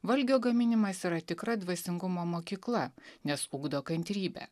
valgio gaminimas yra tikra dvasingumo mokykla nes ugdo kantrybę